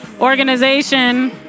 organization